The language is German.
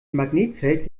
magnetfeld